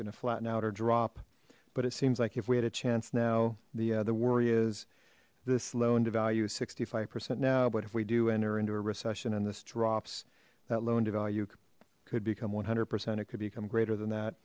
to flatten out or drop but it seems like if we had a chance now the the worry is this loan to value sixty five percent now but if we do enter into a recession and this drops that loan devalue could become one hundred percent it could become greater than that